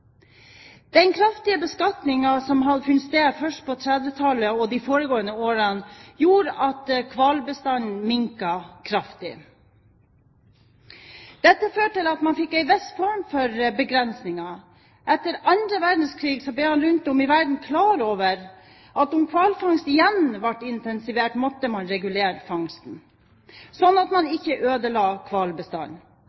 Den kraftige beskatningen som hadde funnet sted først på 1930-tallet og de foregående årene, gjorde at hvalbestanden minket kraftig. Dette førte til at man fikk en viss form for begrensninger. Etter annen verdenskrig ble man rundt om i verden klar over at om hvalfangsten igjen ble intensivert, måtte man regulere fangsten, slik at man